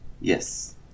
Yes